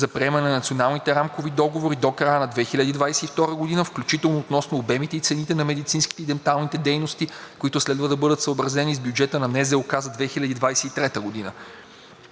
за приемане на националните рамкови договори, до края на 2022 г., включително относно обемите и цените на медицинските и денталните дейности, които следва да бъдат съобразени с бюджета на НЗОК за 2023 г.